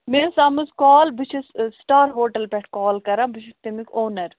مےٚ ٲسۍ آمٕژ کال بہٕ چھَس سٹام ہوٚٹَل پیٚٹھ کال کَرَن بہٕ چھُس تَمیُک اونَر